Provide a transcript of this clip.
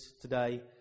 today